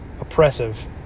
oppressive